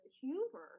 humor